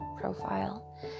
profile